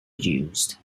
used